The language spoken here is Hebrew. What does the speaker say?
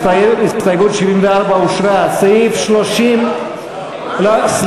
ההסתייגות של קבוצת סיעת העבודה וקבוצת סיעת קדימה לסעיף 31 לא נתקבלה.